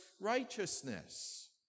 righteousness